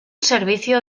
servicio